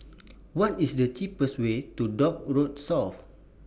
What IS The cheapest Way to Dock Road South